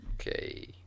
Okay